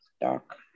dark